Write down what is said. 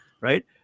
right